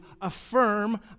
affirm